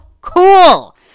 cool